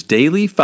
Daily